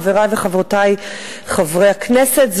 חברי וחברותי חברי הכנסת,